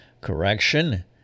correction